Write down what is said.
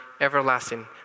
everlasting